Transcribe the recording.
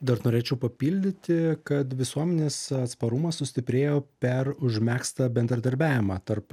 dar norėčiau papildyti kad visuomenės atsparumas sustiprėjo per užmegztą bendradarbiavimą tarp